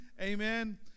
amen